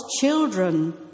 children